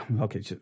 okay